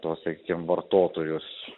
tuos sakykim vartotojus